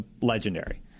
legendary—